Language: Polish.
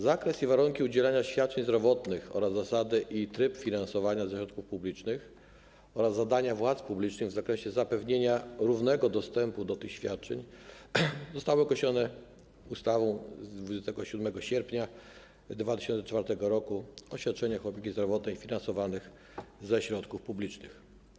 Zakres i warunki udzielania świadczeń zdrowotnych, zasady i tryb ich finansowania ze środków publicznych oraz zadania władz publicznych w zakresie zapewnienia równego dostępu do tych świadczeń zostały określone w ustawie z 27 sierpnia 2004 r. o świadczeniach opieki zdrowotnej finansowanych ze środków publicznych.